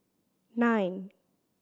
nine